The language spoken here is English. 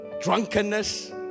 Drunkenness